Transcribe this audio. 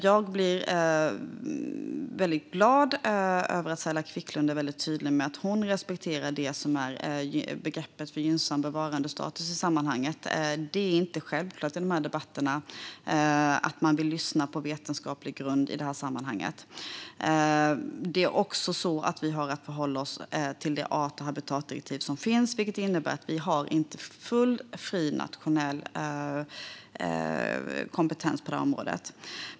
Jag blir väldigt glad över att Saila Quicklund är tydlig med att hon respekterar begreppet gynnsam bevarandestatus i sammanhanget. Det är inte självklart i dessa debatter att man vill lyssna på vetenskapen. Vi har också att förhålla oss till det art och habitatdirektiv som finns, vilket innebär att vi inte har full nationell kompetens på detta område.